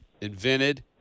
invented